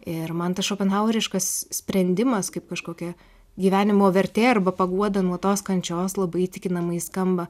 ir man tas šopenhaueriškas sprendimas kaip kažkokia gyvenimo vertė arba paguoda nuo tos kančios labai įtikinamai skamba